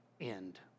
end